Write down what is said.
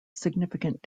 significant